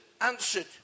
answered